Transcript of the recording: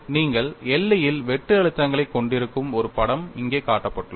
நீங்கள் எல்லையில் வெட்டு அழுத்தங்களைக் கொண்டிருக்கும் ஒரு படம் இங்கே காட்டப்பட்டுள்ளது